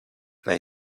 lay